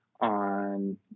on